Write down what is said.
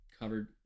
covered